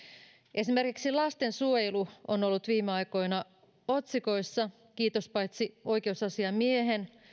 esimerkiksi lastensuojelu on ollut viime aikoina otsikoissa kiitos paitsi oikeusasiamiehen